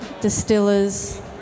distillers